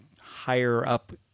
higher-up